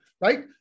Right